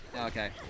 Okay